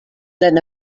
than